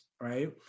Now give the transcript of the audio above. right